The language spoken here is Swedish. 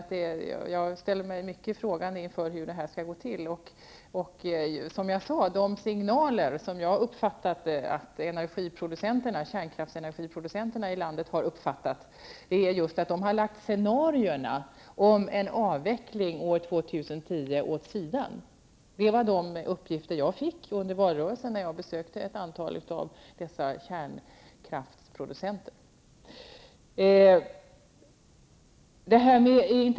Jag ställer mig mycket frågande inför hur det skall gå till. Kärnkraftenergiproducenterna i landet har uppfattat signalerna så att de har lagt scenarierna om en avveckling år 2010 åt sidan. Det var de uppgifter jag fick när jag under valrörelsen besökte ett antal kärnkraftproducenter.